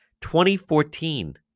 2014